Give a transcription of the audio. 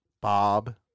Bob